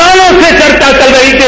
सालो से चर्चा चल रही थी